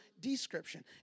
description